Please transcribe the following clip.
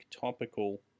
topical